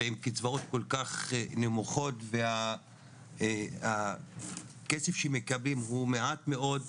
ועם קצבאות כל כך נמוכות והכסף שמקבלים הוא מעט מאוד,